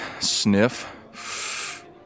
sniff